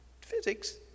physics